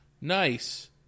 Nice